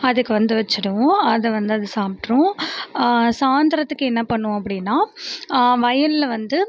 அதுக்கு வந்து வைச்சுடுவோம் அதை வந்து அது சாப்பிட்ரும் சாயந்திரத்துக்கு என்ன பண்ணுவோம் அப்படினா வயலில் வந்து